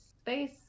space